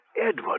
Edward